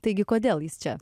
taigi kodėl jis čia